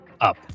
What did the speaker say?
up